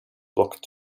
blocked